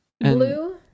blue